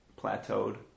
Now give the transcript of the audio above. plateaued